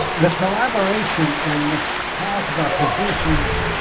the collaboration and the talk about producers